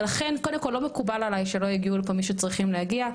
ולכן קודם כל לא מקובל עלי שלא הגיעו לפה מי שצריכים להגיע,